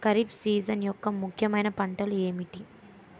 Kharif season యెక్క ముఖ్యమైన పంటలు ఏమిటీ?